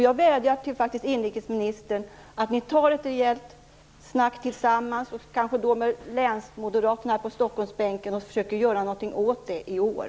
Jag vädjar till inrikesministern att ni tar ett rejält snack tillsammans, kanske med moderaterna på Stockholmsbänken, och försöker göra någonting åt det i år.